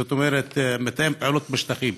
זאת אומרת מתאם הפעולות בשטחים.